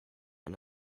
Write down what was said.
and